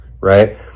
right